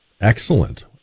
Excellent